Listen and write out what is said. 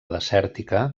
desèrtica